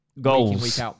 goals